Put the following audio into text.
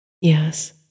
Yes